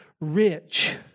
rich